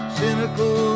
cynical